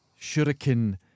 shuriken